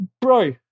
bro